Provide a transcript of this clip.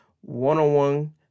one-on-one